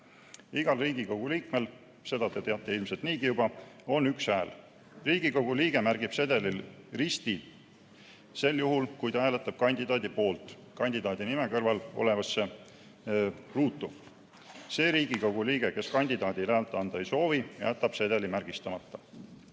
Igal Riigikogu liikmel on – seda te teate ilmselt niigi juba – üks hääl. Riigikogu liige märgib sedelil risti sel juhul, kui ta hääletab kandidaadi poolt, kandidaadi nime kõrval olevasse ruutu. See Riigikogu liige, kes kandidaadile häält anda ei soovi, jätab sedeli märgistamata.